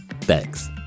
Thanks